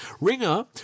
ringer